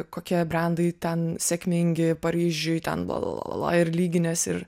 kokie brendai ten sėkmingi paryžiuj ten bla bla bla bla bla ir lyginies ir